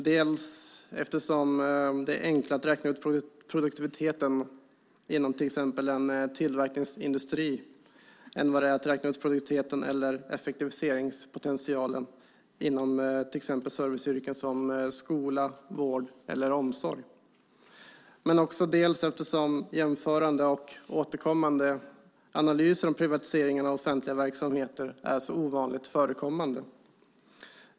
Dels är det enklare att räkna ut produktiviteten inom till exempel en tillverkningsindustri än vad det är att räkna ut produktiviteten eller effektiviseringspotentialen inom serviceyrken som i skola, vård eller omsorg, dels eftersom jämförande och återkommande analyser av privatiseringarna av offentliga verksamheter är så ovanligt förekommande.